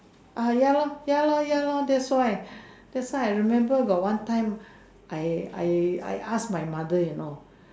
ah ya lor ya lor ya lor that's why that's why I remember got one time got one time I I I ask my mother in law